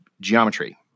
geometry